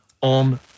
on